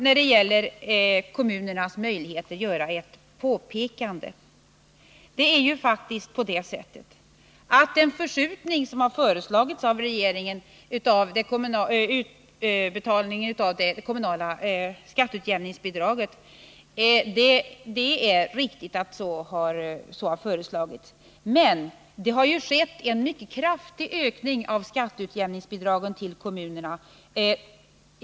När det gäller kommunernas möjligheter vill jag göra ett påpekande. Det är riktigt att regeringen har föreslagit en förskjutning av utbetalningen av det kommunala skatteutjämningsbidraget. Men det har skett en kraftig ökning av skatteutjämningsbidraget till kommunerna.